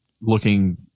looking